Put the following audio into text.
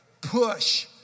push